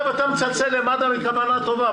אתה מתקשר למד"א מכוונה טובה.